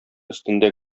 өстендә